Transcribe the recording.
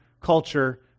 culture